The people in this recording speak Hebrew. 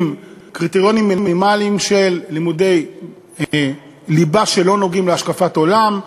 עם קריטריונים מינימליים של לימודי ליבה שלא נוגעים להשקפת עולם,